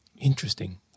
Interesting